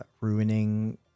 ruining